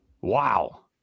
Wow